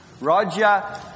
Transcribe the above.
Roger